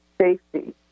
safety